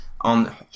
on